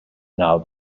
now